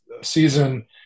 season